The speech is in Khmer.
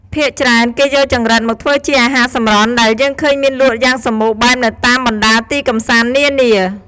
ភាគច្រើន គេយកចង្រិតមកធ្វើជាអាហារសម្រន់ ដែលយើងឃើញមានលក់យ៉ាងសម្បូរបែបនៅតាមបណ្តាទីកំសាន្តនានា។